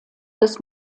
des